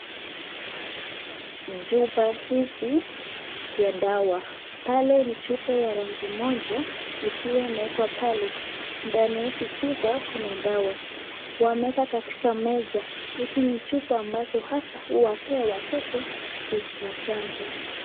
Chupa hizi ya dawa pale ni chupa ya rangi moja ikiwa imewekwa pale. Ndani ya hizi chupa kuna dawa. Wameka katika meza. Hizi ni chupa ambazo hasa huwapea watoto ku machanjo.